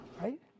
Right